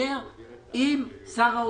לדבר עם שר האוצר,